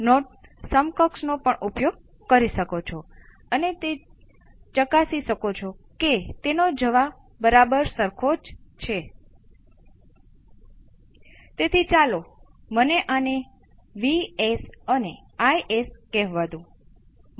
તેથી આમાં આગળ તપાસ કરશું આપણે જાણીએ છીએ કે સામાન્ય રીતે આ અચળ અહી પ્રારંભિક શરતોથી નક્કી થાય છે